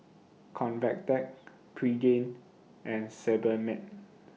Convatec Pregain and Sebamed